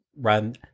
run